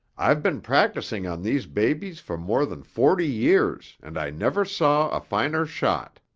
i've been practicing on these babies for more than forty years, and i never saw a finer shot!